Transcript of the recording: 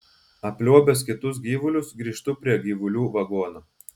apliuobęs kitus gyvulius grįžtu prie gyvulių vagono